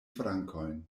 frankojn